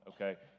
okay